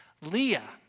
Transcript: Leah